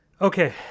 Okay